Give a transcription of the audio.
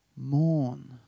Mourn